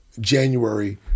January